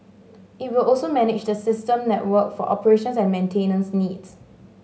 it will also manage the system network for operations and maintenance needs